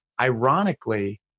ironically